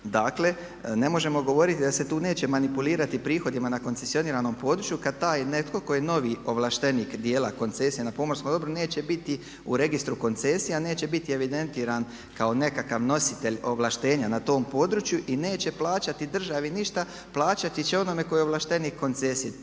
Dakle, ne možemo govoriti da se tu neće manipulirati prihodima na koncesioniranom području kad taj netko tko je novi ovlaštenik djela koncesije na pomorskom dobru neće biti u registru koncesija, neće biti evidentiran kao nekakva nositelj ovlaštenja na tom području i neće plaćati državi ništa, plaćati će onome tko je ovlaštenik koncesije.